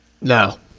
No